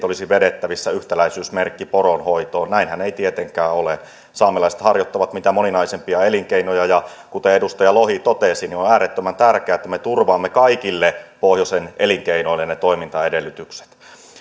olisi vedettävissä yhtäläisyysmerkki poronhoitoon näinhän ei tietenkään ole saamelaiset harjoittavat mitä moninaisimpia elinkeinoja ja kuten edustaja lohi totesi on on äärettömän tärkeää että me turvaamme kaikille pohjoisen elinkeinoille ne toimintaedellytykset